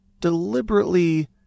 deliberately